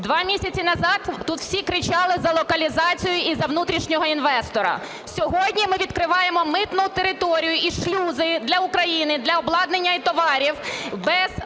Два місяці назад тут всі кричали за локалізацію і за внутрішнього інвестора. Сьогодні ми відкриваємо митну територію і шлюзи для України, для обладнання і товарів